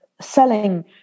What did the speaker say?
selling